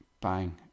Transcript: bang